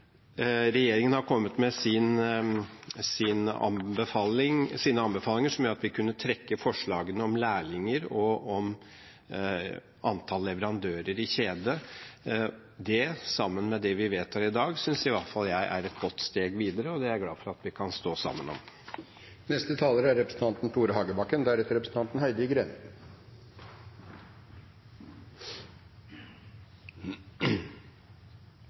Regjeringen har kommet med sine anbefalinger, som gjorde at vi kunne trekke forslagene om lærlinger og om antall leverandører i kjede. Det – sammen med det vi vedtar i dag – synes i hvert fall jeg er et godt steg videre, og det er jeg glad for at vi kan stå sammen om. Som Flåtten, Syversen og saksordføreren sa, er